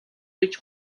гэж